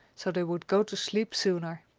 so they would go to sleep sooner.